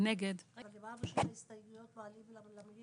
אבל אמרנו שאת ההסתייגויות מעלים למליאה.